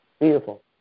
Beautiful